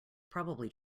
probably